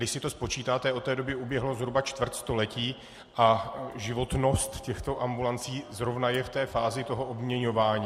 Když si to spočítáte, od té doby uběhlo zhruba čtvrt století a životnost těchto ambulancí zrovna je v té fázi obměňování.